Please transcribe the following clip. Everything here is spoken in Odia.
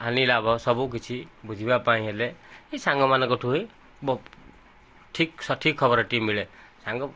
ହାନି ଲାଭ ସବୁ କିଛି ବୁଝିବା ପାଇଁ ହେଲେ ଏ ସାଙ୍ଗ ମାନଙ୍କଠୁ ହିଁ ଠିକ ସଠିକ ଖବର ଟି ମିଳେ ସାଙ୍ଗ